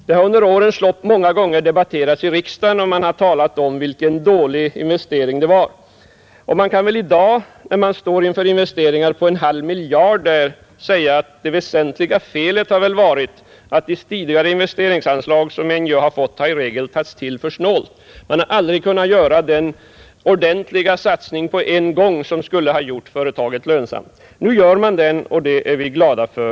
NJA har många gånger debatterats i riksdagen, och man har talat om vilken dålig investering det var. När man i dag står inför investeringar på en halv miljard, kan man säga — Nr 53 att det väsentliga felet med NJA varit att investeringsanslagen till detta i Tisdagen den regel tagits till för snålt. Man har aldrig kunnat göra den ordentliga 30 mars 1971 satsning på en gång som skulle ha gjort företaget lönsamt. Nu gör man dock denna satsning, vilket vi där uppe är glada för.